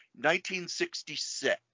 1966